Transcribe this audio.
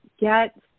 get